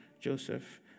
Joseph